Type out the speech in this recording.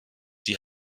die